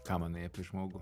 ką manai apie žmogų